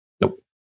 Nope